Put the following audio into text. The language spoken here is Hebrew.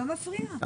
לא מפריעה.